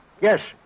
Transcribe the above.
Yes